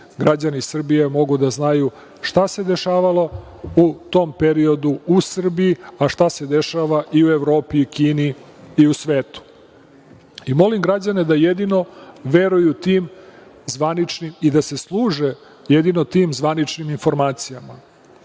Građani Srbije mogu da znaju šta se dešavalo u tom periodu u Srbiji, a šta se dešava i u Evropi, Kini i u svetu. Molim građane da jedino veruju tim zvaničnim i da se služe jedino tim zvaničnim informacijama.